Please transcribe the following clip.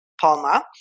Palma